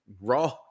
Raw